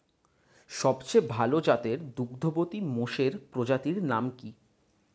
সবচেয়ে ভাল জাতের দুগ্ধবতী মোষের প্রজাতির নাম কি?